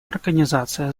организация